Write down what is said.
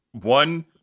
one